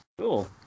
Cool